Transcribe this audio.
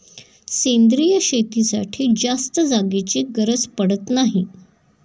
सेंद्रिय शेतीसाठी जास्त जागेची गरज पडत नाही